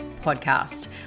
Podcast